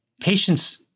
patients